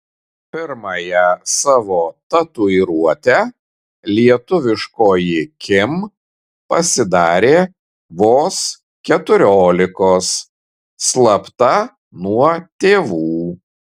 pirmąją savo tatuiruotę lietuviškoji kim pasidarė vos keturiolikos slapta nuo tėvų